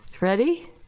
ready